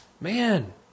man